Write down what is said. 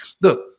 Look